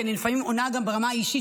כי לפעמים אני עונה גם ברמה האישית,